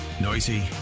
Noisy